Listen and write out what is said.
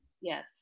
Yes